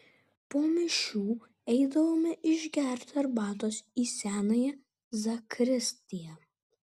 po mišių eidavome išgerti arbatos į senąją zakristiją